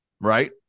right